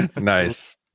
Nice